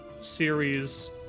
series